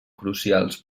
crucials